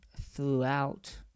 throughout